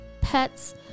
pets